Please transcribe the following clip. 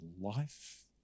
life